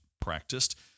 practiced